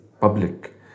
public